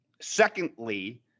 secondly